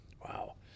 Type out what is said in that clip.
Wow